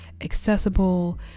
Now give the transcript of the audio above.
accessible